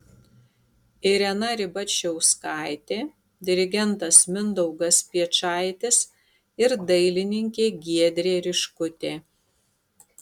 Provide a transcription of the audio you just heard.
irena ribačiauskaitė dirigentas mindaugas piečaitis ir dailininkė giedrė riškutė